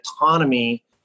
autonomy